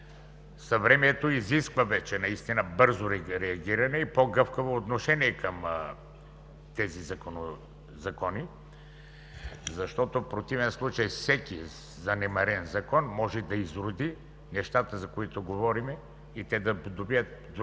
Съвремието вече изисква бързо реагиране и по-гъвкаво отношение към тези закони, защото в противен случай всеки занемарен закон може да изроди нещата, за които говорим, и те да придобият друг